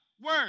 Word